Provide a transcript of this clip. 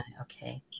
Okay